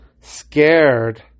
scared